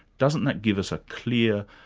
doesn't that give us a clear,